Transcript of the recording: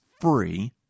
free